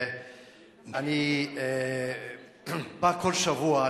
אני בא כל שבוע,